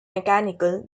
mechanical